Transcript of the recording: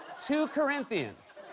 two corinthians,